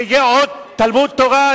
שיהיה עוד תלמוד תורה,